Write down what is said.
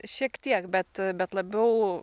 šiek tiek bet bet labiau